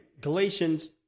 Galatians